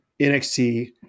NXT